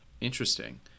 interesting